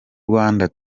rwanda